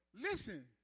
Listen